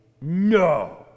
No